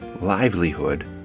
livelihood